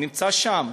נמצא שם,